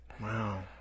wow